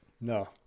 No